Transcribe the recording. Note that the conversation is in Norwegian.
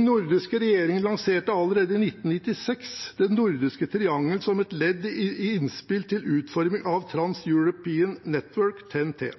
nordiske regjeringene lanserte allerede i 1996 det nordiske triangel som et ledd i innspill til utforming av Trans-European Transport Network, TEN-T –